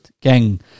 gang